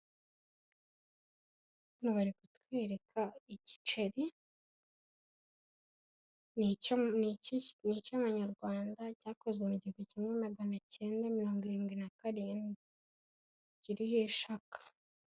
Hano bari kutwereka igiceri n'icya ma nyarwanda cyakozwe mu gihumbi kimwe magana icyenda na mirongo irindwi na karindwi(1977) akiriho ishaka.